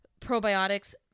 probiotics